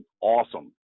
awesome